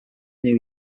new